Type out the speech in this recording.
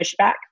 pushback